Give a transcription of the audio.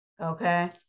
okay